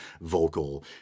vocal